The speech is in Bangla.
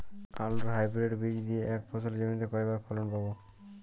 আলুর হাইব্রিড বীজ দিয়ে এক ফসলী জমিতে কয়বার ফলন পাব?